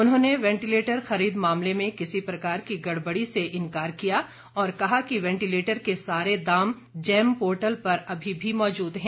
उन्होंने वेंटिलेटर खरीद मामले में किसी प्रकार की गड़बड़ी से इनकार किया और कहा कि वेंटिलेटर के सारे दाम जैम पोर्टल पर अभी भी मौजूद है